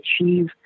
achieve